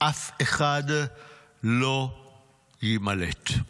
אף אחד לא יימלט.